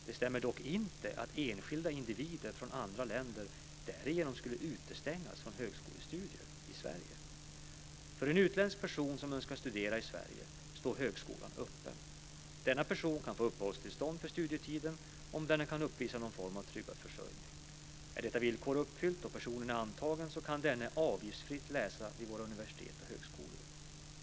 Det stämmer dock inte att enskilda individer från andra länder därigenom skulle utestängas från högskolestudier i Sverige. För en utländsk person som önskar studera i Sverige står högskolan öppen. Denna person kan få uppehållstillstånd för studietiden om denne kan uppvisa någon form av tryggad försörjning. Är detta villkor uppfyllt och personen är antagen kan denna avgiftsfritt läsa vid våra universitet och högskolor.